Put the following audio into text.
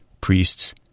priests